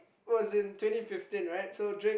it was in twenty fifteen right so Drake